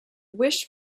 wish